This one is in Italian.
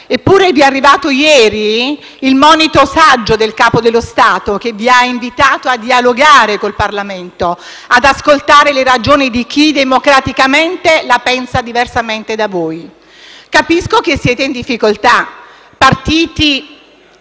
Eppure, vi è arrivato ieri il monito saggio del Capo dello Stato, che vi ha invitato a dialogare con il Parlamento, ad ascoltare le ragioni di chi, democraticamente, la pensa diversamente da voi. Capisco che siete in difficoltà. Partiti